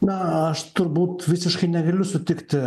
na aš turbūt visiškai negaliu sutikti